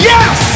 Yes